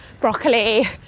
broccoli